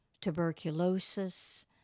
tuberculosis